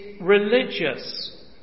religious